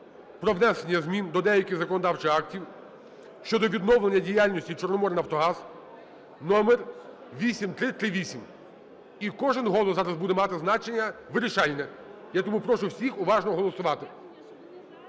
про внесення змін до деяких законодавчих актів щодо відновлення діяльності "Чорноморнафтогаз" (№ 8338), і кожен голос зараз буде мати значення вирішальне. Я тому прошу всіх уважно голосувати.